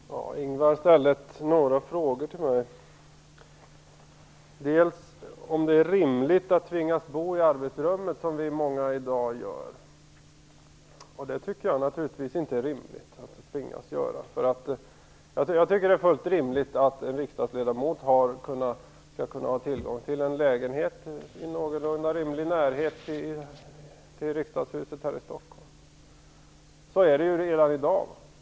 Fru talman! Ingvar Johnsson ställde några frågor till mig. Det gällde för det första om det är rimligt att tvingas bo i arbetsrummet som många i dag gör. Det tycker jag naturligtvis inte är rimligt att man tvingas göra. Det är fullt rimligt att en riksdagsledamot skall kunna ha tillgång till en lägenhet i någorlunda rimlig närhet till Riksdagshuset här i Stockholm. Så är det redan i dag.